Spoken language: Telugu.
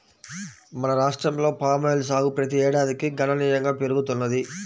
మన రాష్ట్రంలో పామాయిల్ సాగు ప్రతి ఏడాదికి గణనీయంగా పెరుగుతున్నది